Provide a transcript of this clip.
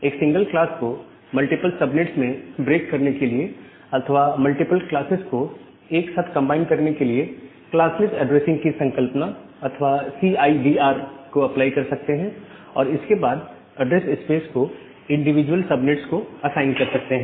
एक single class को multiple subnets में ब्रेक करने के लिए अथवा मल्टीपल क्लासेस को एक साथ कंबाइन करने के लिए क्लासलैस ऐड्रेसिंग की संकल्पना अथवा सी आई डी आर को अप्लाई कर सकते हैं और इसके बाद ऐड्रेस स्पेस को इंडिविजुअल सबनेट्स को असाइन कर सकते हैं